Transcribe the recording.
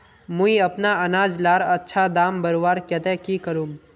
मुई अपना अनाज लार अच्छा दाम बढ़वार केते की करूम?